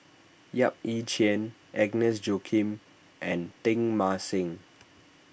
Yap Ee Chian Agnes Joaquim and Teng Mah Seng